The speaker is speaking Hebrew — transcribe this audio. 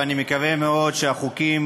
ואני מקווה מאוד שהחוקים